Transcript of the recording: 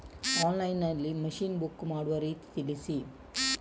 Online ನಲ್ಲಿ machine book ಮಾಡುವ ರೀತಿ ತಿಳಿಸಿ?